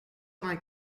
vingt